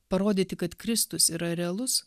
parodyti kad kristus yra realus